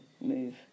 move